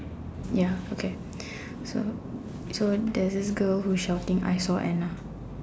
ya okay so so there's this girl who's shouting I saw Anna